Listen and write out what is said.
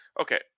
Okay